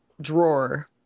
drawer